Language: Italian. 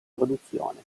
produzione